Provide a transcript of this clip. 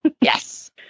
Yes